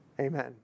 Amen